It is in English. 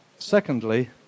Secondly